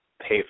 pay